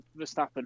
Verstappen